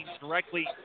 directly